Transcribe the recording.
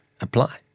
apply